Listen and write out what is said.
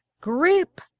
group